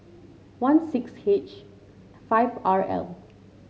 one six H five R L